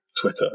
twitter